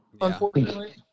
unfortunately